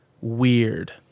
weird